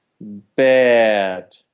Bad